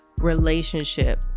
relationship